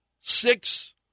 six